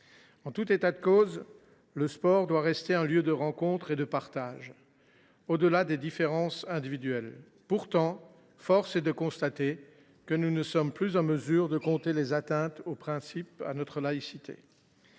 En tout état de cause, le sport doit rester un lieu de rencontre et de partage, au delà des différences individuelles. Force est pourtant de constater que nous ne sommes plus en mesure de compter les atteintes à notre principe de laïcité.